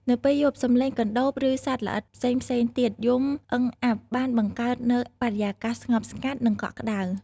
នៅពេលយប់ សំឡេងកណ្ដូប ឬសត្វល្អិតផ្សេងៗទៀតយំអឺងអាប់បានបង្កើតនូវបរិយាកាសស្ងប់ស្ងាត់ និងកក់ក្តៅ។